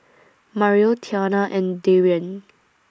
Mario Tiana and Darian